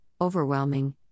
overwhelming